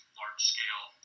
large-scale